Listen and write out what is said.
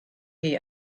chi